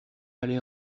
allait